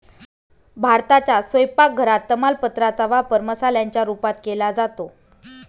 भारताच्या स्वयंपाक घरात तमालपत्रा चा वापर मसाल्याच्या रूपात केला जातो